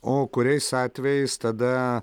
o kuriais atvejais tada